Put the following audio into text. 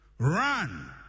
Run